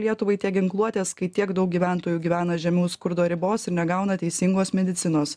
lietuvai tiek ginkluotės kai tiek daug gyventojų gyvena žemiau skurdo ribos ir negauna teisingos medicinos